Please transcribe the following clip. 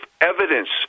evidence